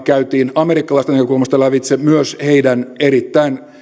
käytiin amerikkalaisten näkökulmasta lävitse myös heidän erittäin